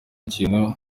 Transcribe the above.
ikintu